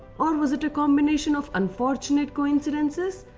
um was it a combination of unfortunate coincidences?